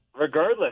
Regardless